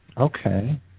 Okay